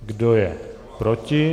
Kdo je proti?